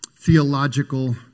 theological